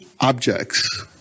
objects